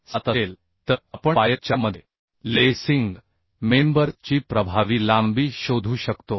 7असेल तर आपण पायरी 4 मध्ये लेसिंग सदस्याची प्रभावी लांबी शोधू शकतो